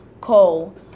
coal